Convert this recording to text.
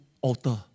altar